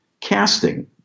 casting